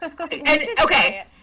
Okay